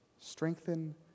Strengthen